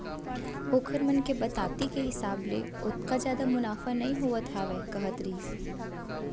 ओखर मन के बताती के हिसाब ले ओतका जादा मुनाफा नइ होवत हावय कहत रहिस हे